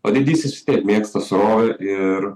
o didysis vis tiek mėgsta srovę ir